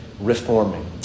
Reforming